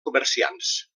comerciants